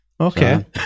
Okay